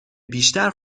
بیشتر